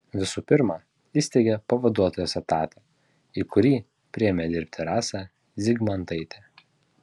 visų pirma įsteigė pavaduotojos etatą į kurį priėmė dirbti rasą zygmantaitę